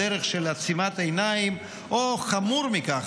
בדרך של עצימת עיניים או חמור מכך,